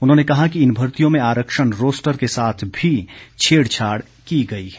उन्होंने कहा कि इन भर्तियों में आरक्षण रोस्टर के साथ भी छेड़छाड़ की गई है